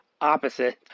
opposite